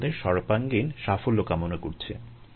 তোমাদের সর্বাঙ্গীণ সাফল্য কামনা করছি